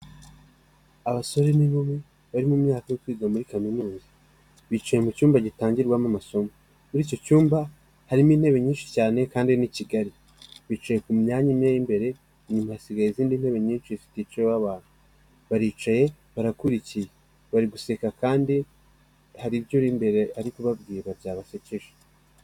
Abasore nibo bari mu myaka yo kwiga muri kaminuza bicaye mu cyumba gitangirwamo amasomo, muri icyo cyumba harimo intebe nyinshi cyane kandi ni kigari bicaye ku myanya imwe y'imbere, inyuma hasigaye izindi ntebe nyinshi ziticayeho abantu baricaye barakurikiye bari guseka kandi hari ibyo uri imbere ari kubabwira byabasekeje.